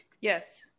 yes